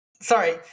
sorry